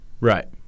Right